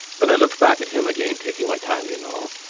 then i looked back at him again taking my time, you know.